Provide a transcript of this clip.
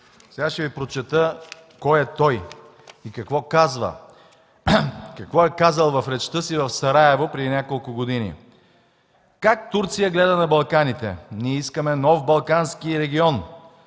Сега ще Ви прочета кой е той и какво казва. Ето какво е казал в речта си в Сараево преди няколко години: „Как Турция гледа на Балканите? Ние искаме нов Балкански регион,